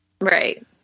Right